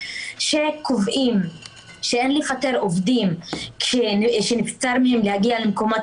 שקובעים שאין לפטר עובדים שנבצר מהם להגיע למקומות